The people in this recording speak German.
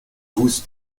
fuß